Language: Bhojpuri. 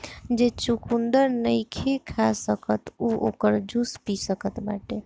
जे चुकंदर नईखे खा सकत उ ओकर जूस पी सकत बाटे